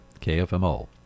KFMO